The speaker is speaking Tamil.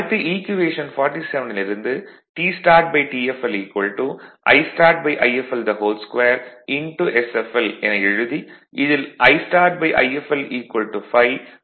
அடுத்து ஈக்குவேஷன் 47 ல் இருந்து TstartTfl Istart Ifl2sfl என எழுதி இதில் Istart Ifl 5 மற்றும் sfl 0